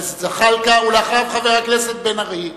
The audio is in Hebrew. ואחריו, חבר הכנסת בן-ארי.